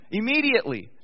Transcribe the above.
immediately